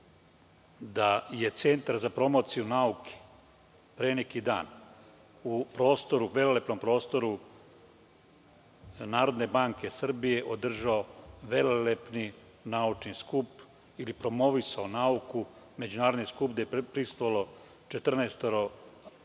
da je Centar za promociju nauke pre neki dan u velelepnom prostoru Narodne banke Srbije održao velelepni naučni skup ili promovisao nauku, međunarodni skup gde je prisustvovalo 14